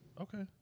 Okay